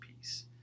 piece